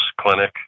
clinic